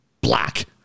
Black